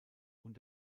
und